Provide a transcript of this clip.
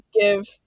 give